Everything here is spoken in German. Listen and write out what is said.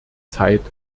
zeit